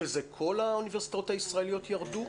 כל האוניברסיטאות הישראליות ירדו?